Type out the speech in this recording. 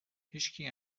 هیچکی